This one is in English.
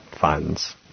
Funds